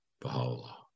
Baha'u'llah